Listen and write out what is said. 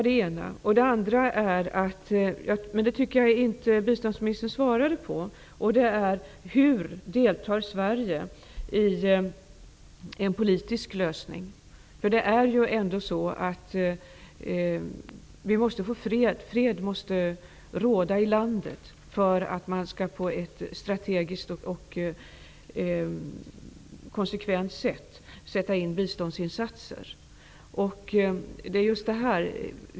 Den andra frågan tycker jag inte att biståndsministern svarade på: Hur deltar Sverige i en politisk lösning? Det är ju ändå så att fred måste råda i landet för att man på ett strategiskt och konsekvent sätt skall kunna sätt in biståndsinsatser.